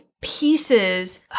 pieces